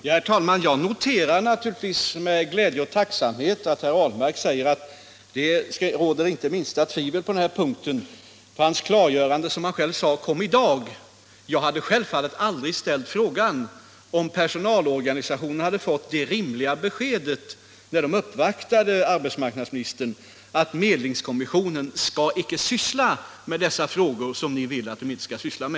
Herr talman! Jag noterar naturligtvis med glädje och tacksamhet att herr Ahlmark säger att det inte råder minsta tveksamhet på den här punkten; hans klargörande kom, som han själv sade, i dag. Jag hade självfallet aldrig ställt frågan, om personalorganisationerna hade fått det rimliga beskedet när de uppvaktade arbetsmarknadsministern att medlingskommissionen icke skall syssla med dessa lagstiftningsfrågor.